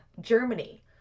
Germany